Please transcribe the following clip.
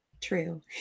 True